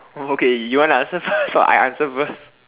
oh okay you want to answer first or I answer first